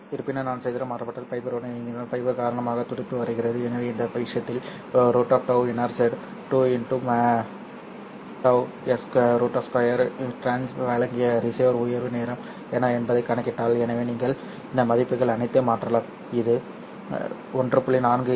இருப்பினும் நான் சிதறல் மாற்றப்பட்ட ஃபைபருடன் இயங்கினால் ஃபைபர் காரணமாக துடிப்பு பரவுகிறது எனவே இந்த விஷயத்தில் √τ NRZ 2 −τ s 2 − τ டிரான்ஸ் 2 வழங்கிய ரிசீவர் உயர்வு நேரம் என்ன என்பதைக் கணக்கிட்டால் எனவே நீங்கள் இந்த மதிப்புகள் அனைத்தையும் மாற்றலாம் இது 1